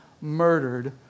murdered